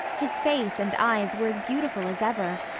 his face and eyes were as beautiful as ever,